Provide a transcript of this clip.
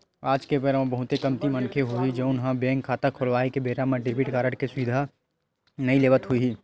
आज के बेरा म बहुते कमती मनखे होही जउन ह बेंक खाता खोलवाए के बेरा म डेबिट कारड के सुबिधा नइ लेवत होही